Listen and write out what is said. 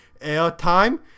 airtime